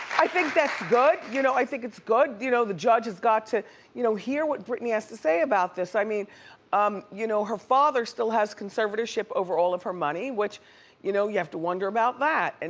i think that's good. you know i think it's good. you know the judge has got to you know hear what britney has to say about this. i mean um you know her father still has conservatorship over all of her money, which you know you have to wonder about that. and